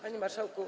Panie Marszałku!